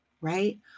right